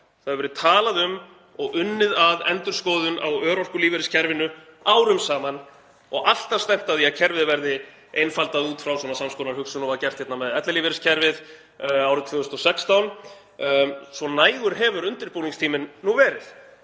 Það hefur verið talað um og unnið að endurskoðun á örorkulífeyriskerfinu árum saman og alltaf stefnt að því að kerfið verði einfaldað út frá svona sams konar hugsun og var gert hérna með ellilífeyriskerfið árið 2016, svo nægur hefur undirbúningstíminn nú verið.